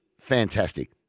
fantastic